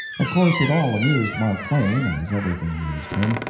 of course it all amused mark twain, as everything amused him,